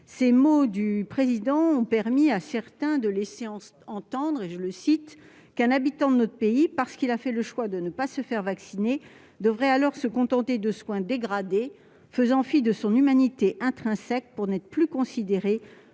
de la République ont permis à certains de laisser entendre qu'« un habitant de notre pays, parce qu'il a fait le choix de ne pas se faire vacciner, devrait alors se contenter de soins dégradés, faisant fi de son humanité intrinsèque pour n'être plus considéré